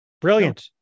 Brilliant